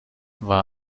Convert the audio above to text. war